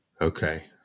okay